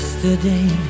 Yesterday